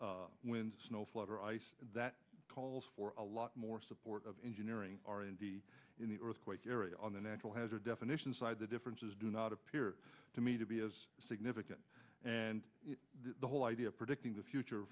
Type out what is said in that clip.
t snow flood or ice that calls for a lot more support of engineering r and b in the earthquake area on the natural hazard definition side the differences do not appear to me to be as significant and the whole idea of predicting the future